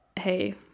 hey